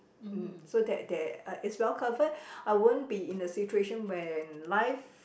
mm so that there is well covered I won't be in a situation where life